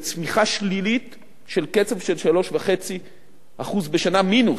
בצמיחה שלילית בקצב של 3.5% בשנה מינוס,